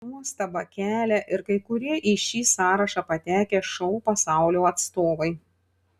nuostabą kelia ir kai kurie į šį sąrašą patekę šou pasaulio atstovai